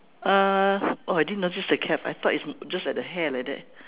uh oh I didn't notice the cap I thought it's just at the hair like that